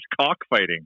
cockfighting